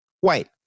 white